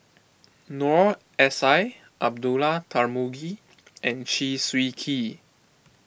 Noor S I Abdullah Tarmugi and Chew Swee Kee